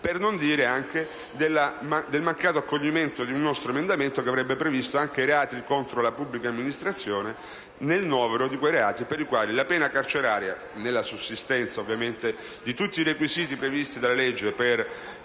per non dire del mancato accoglimento di un nostro emendamento, che avrebbe previsto anche i reati contro la pubblica amministrazione nel novero dei reati per i quali comminare la pena carceraria, in caso di sussistenza di tutti i requisiti previsti dalla legge per